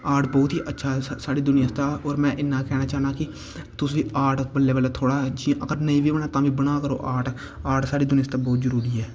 art बहोत ई अच्छा साढ़ी दूनिया आस्तै में इन्ना कहना चाह्नां की तुस आर्ट बल्लें बल्लें इंयाअगर नेईं बने तां बी बनाया करो आर्ट आर्ट साढ़े देश आस्तै बड़ा जरूरी ऐ